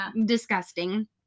Disgusting